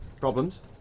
Problems